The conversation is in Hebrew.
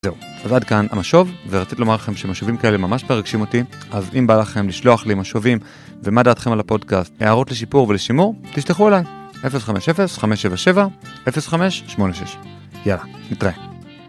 זהו, ועד כאן המשוב, ורציתי לומר לכם שמשובים כאלה ממש מרגשים אותי, אז אם בא לכם לשלוח לי משובים ומה דעתכם על הפודקאסט, הערות לשיפור ולשימור, תשלחו אליי, 050-577-0586. יאללה, נתראה.